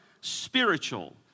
spiritual